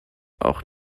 auch